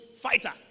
Fighter